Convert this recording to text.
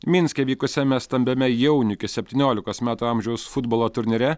minske vykusiame stambiame jaunių iki septyniolikos metų amžiaus futbolo turnyre